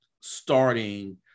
starting